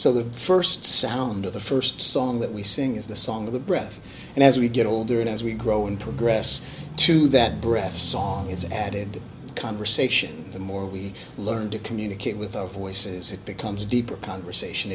so the first sound of the first song that we sing is the song of the breath and as we get older and as we grow in progress to that breath a song is added to conversation the more we learn to communicate with our voices it becomes deeper conversation